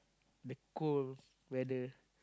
the cold weather